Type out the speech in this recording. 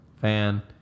fan